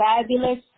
fabulous